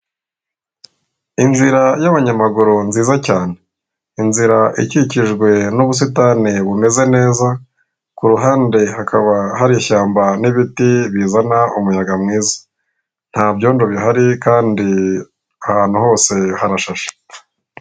Inzira y'abanyamaguru nziza cyane, inzira ikikijwe n'ubusitani bumeze neza, ku ruhande hakaba hari ishyamba n'ibiti bizana umuyaga mwiza. Nta byondo bihari kandi ahantu hose harashashe.